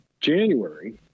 January